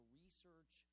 research